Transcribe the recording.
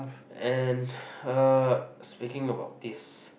and uh speaking about this